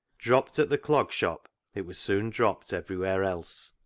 dropped at the clog shop, it was soon dropped everywhere else,